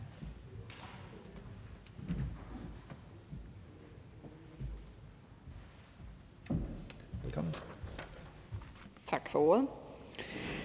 periode. Tak for ordet.